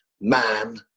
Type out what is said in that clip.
man